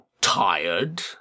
tired